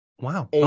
wow